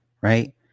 right